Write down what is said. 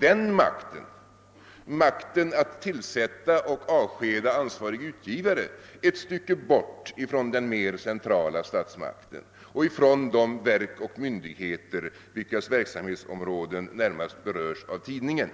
den makten, d.v.s. makten att tillsätta och avskeda ansvarig utgivare, ett stycke bort från den mer centrala statsmakten och från de verk och myndigheter, vilkas verksamhetsområ den närmast berörs av tidningen.